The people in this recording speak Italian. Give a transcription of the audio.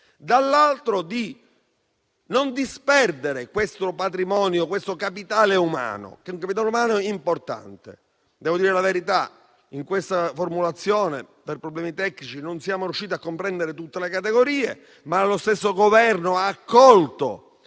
cercato di non disperdere questo patrimonio, questo capitale umano importante. Devo dire la verità: in questa formulazione, per problemi tecnici, non siamo riusciti a comprendere tutte le categorie, ma lo stesso Governo ha accolto